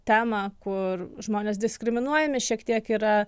temą kur žmonės diskriminuojami šiek tiek yra